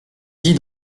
dit